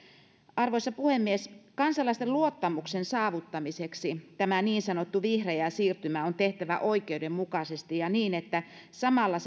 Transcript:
arvoisa puhemies kansalaisten luottamuksen saavuttamiseksi tämä niin sanottu vihreä siirtymä on tehtävä oikeudenmukaisesti ja niin että se samalla